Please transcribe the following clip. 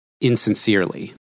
insincerely